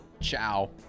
Ciao